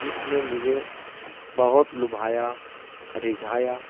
جس نے مجھے بہت لبھایا رجھایا